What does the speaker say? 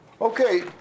Okay